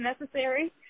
necessary